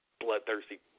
Bloodthirsty